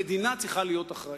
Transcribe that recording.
המדינה צריכה להיות אחראית.